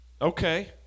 okay